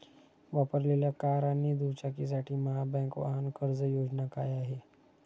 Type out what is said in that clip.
वापरलेल्या कार आणि दुचाकीसाठी महाबँक वाहन कर्ज योजना काय आहे?